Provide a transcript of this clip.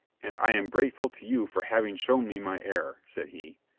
and i am grateful to you for having shown me my error, said he.